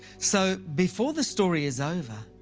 so before the story is over,